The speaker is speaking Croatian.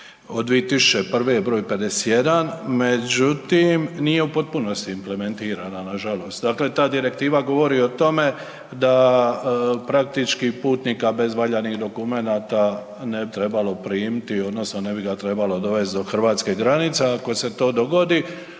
od 2001. br. 51, međutim nije u potpunosti implementirana nažalost, dakle ta direktiva govori o tome da praktički putnika bez valjanih dokumenata ne bi trebalo primiti odnosno ne bi ga trebalo dovest do hrvatskih granica, a ako se to dogodi,